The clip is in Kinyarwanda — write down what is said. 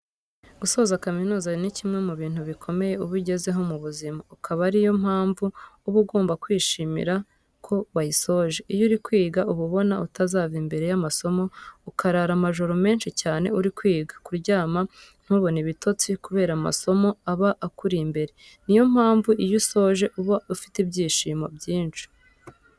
Gusoza kaminuza ni kimwe mu bintu bikomeye uba ugezeho mu buzima, akaba ari yo mpamvu uba ugomba kwishimira ko wayisoje. Iyo uri kwiga uba ubona utazava imbere y'amasomo, ukarara amajoro menshi cyane uri kwiga, kuryama ntubone ibtotsi kubera amasomo aba akuri imbere, niyo mpamvu iyo usoje uba ufite ibyishimo byinshi.